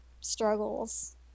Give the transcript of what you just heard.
struggles